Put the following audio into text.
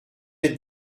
êtes